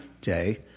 day